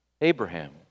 Abraham